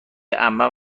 عمم